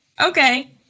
Okay